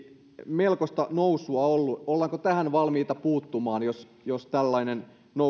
melkoista nousua on ollut ollaanko tähän valmiita puuttumaan jos tällainen